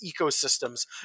ecosystems